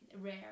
rare